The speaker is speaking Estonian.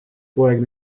poeg